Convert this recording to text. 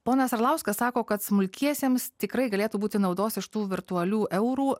ponas arlauskas sako kad smulkiesiems tikrai galėtų būti naudos iš tų virtualių eurų